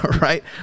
Right